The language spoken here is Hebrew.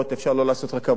אפשר לא לעשות רכבות,